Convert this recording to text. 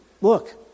look